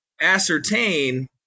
ascertain